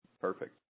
Perfect